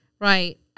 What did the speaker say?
Right